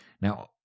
Now